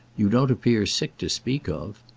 you don't appear sick to speak of.